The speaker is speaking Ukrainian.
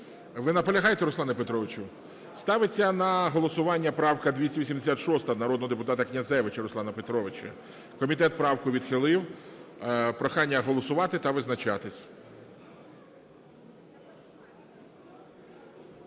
Ви наполягаєте, Руслане Петровичу? Ставиться на голосування правка 286 народного депутата Князевича Руслана Петровича. Комітет правку відхилив. Прохання голосувати та визначатись.